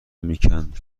میکند